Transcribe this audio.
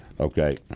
okay